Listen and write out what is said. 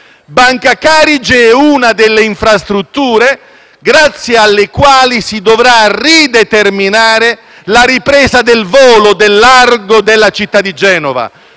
Banca Carige è una delle infrastrutture grazie alle quali si dovrà rideterminare la ripresa del volo, del largo della città di Genova,